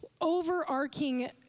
overarching